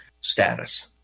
status